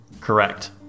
Correct